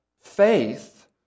faith